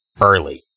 early